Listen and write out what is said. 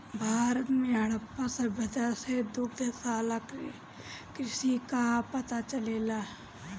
भारत में हड़प्पा सभ्यता से दुग्धशाला कृषि कअ पता चलेला